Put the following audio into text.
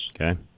Okay